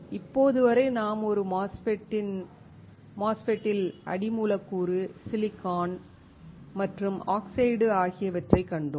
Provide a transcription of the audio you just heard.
இப்போது வரை நாம் ஒரு மோஸ்ஃபெட்டில் அடி மூலக்கூறு சிலிக்கான் மற்றும் ஆக்சைடு ஆகியவற்றைக் கண்டோம்